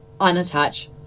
unattached